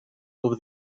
over